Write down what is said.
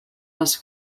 les